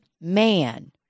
man